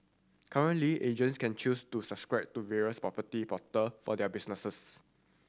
currently agents can choose to subscribe to various property portal for their businesses